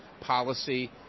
policy